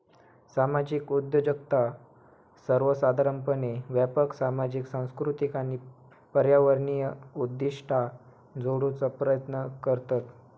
सामाजिक उद्योजकता सर्वोसाधारणपणे व्यापक सामाजिक, सांस्कृतिक आणि पर्यावरणीय उद्दिष्टा जोडूचा प्रयत्न करतत